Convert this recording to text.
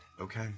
Okay